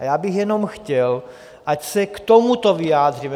A já bych jenom chtěl, ať se k tomuto vyjádříme.